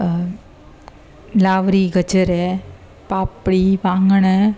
अ लावरी गजरु पापड़ी वाङण